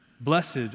Blessed